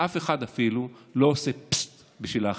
ואף אחד אפילו לא עושה פסססט בשביל להחליף.